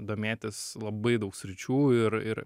domėtis labai daug sričių ir ir